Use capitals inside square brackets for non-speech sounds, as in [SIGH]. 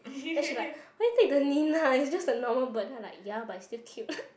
then she like why you take the mynah it's just the normal bird then I like ya but it's still cute [LAUGHS]